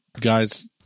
guys